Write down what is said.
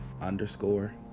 underscore